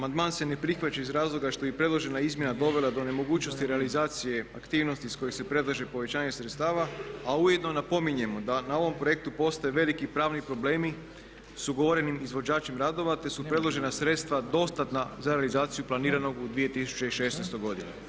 Amandman se ne prihvaća iz razloga što je predložena izmjena dovela do nemogućnosti realizacije aktivnosti iz kojih se predlaže povećanje sredstava, a ujedno napominjemo da na ovom projektu postaju veliki pravni problemi s ugovorenim izvođačem radova, te su predložena sredstva dostatna za realizaciju planiranog u 2016. godini.